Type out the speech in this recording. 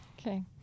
Okay